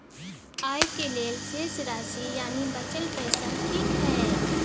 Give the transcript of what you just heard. आय के लेल शेष राशि यानि बचल पैसा की हय?